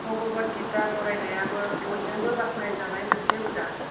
भगवत गिता फरायनायाबो बयजोंबो बाख्नायजानाय मोनसे हुदा